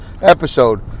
Episode